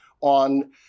on